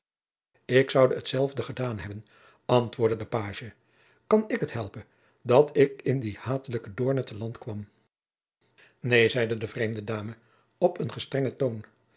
ik zoude hetzelfde gedaan hebben antwoordde de pagie kan ik het helpen dat ik in die hatelijke doornen te land kwam neen zeide de vreemde dame op een gestrengen toon